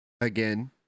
again